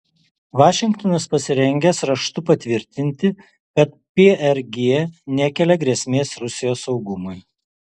vašingtonas pasirengęs raštu patvirtinti kad prg nekelia grėsmės rusijos saugumui